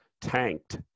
tanked